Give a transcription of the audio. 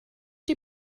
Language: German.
die